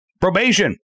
probation